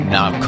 Now